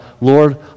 Lord